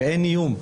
שאין איום.